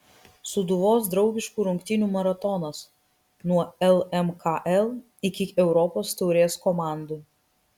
sūduvos draugiškų rungtynių maratonas nuo lmkl iki europos taurės komandų